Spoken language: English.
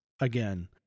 again